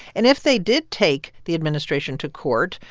and if they did take the administration to court,